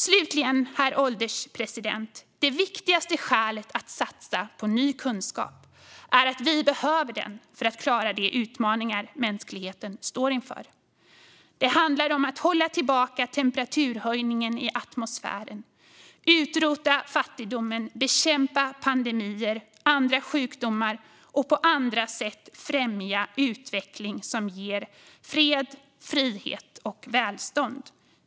Slutligen, herr ålderspresident: Det viktigaste skälet att satsa på ny kunskap är att vi behöver den för att klara de utmaningar mänskligheten står inför. Det handlar om att hålla tillbaka temperaturhöjningen i atmosfären, utrota fattigdomen, bekämpa pandemier och andra sjukdomar och på andra sätt främja utveckling som ger fred, frihet och välstånd.